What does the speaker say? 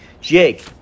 Jake